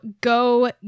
go